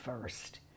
first